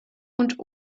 und